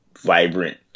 vibrant